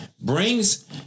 brings